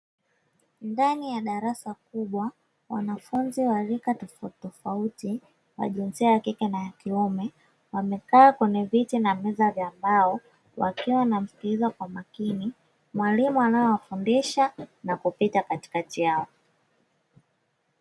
Ndani ya darasa kubwa, wanafunzi wa rika tofauti tofauti wa jinsia ya kike na ya kiume, wamekaa kwenye viti na meza za mbao, wakiwa wanamsikiliza kwa makini, mwalimu anaowafundisha na kupita katikati yao.